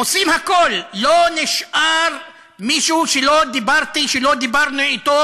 עושים הכול, לא נשאר מישהו שלא דיברנו אתו